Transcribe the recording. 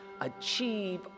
achieve